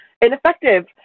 ineffective